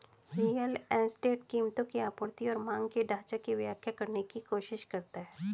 real estate कीमतों की आपूर्ति और मांग के ढाँचा की व्याख्या करने की कोशिश करता है